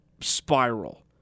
spiral